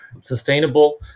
sustainable